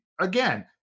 again